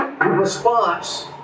response